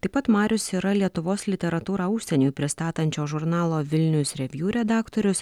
taip pat marius yra lietuvos literatūrą užsieniui pristatančio žurnalo vilnius revju redaktorius